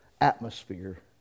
atmosphere